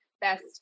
best